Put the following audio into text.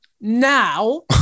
Now